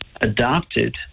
adopted